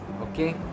okay